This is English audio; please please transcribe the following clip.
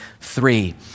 three